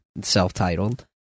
Self-titled